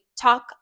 talk